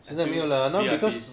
I think V_I_P